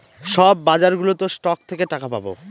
সব বাজারগুলোতে স্টক থেকে টাকা পাবো